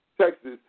Texas